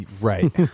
right